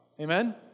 Amen